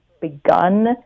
begun